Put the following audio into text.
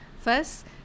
First